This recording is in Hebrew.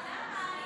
למה?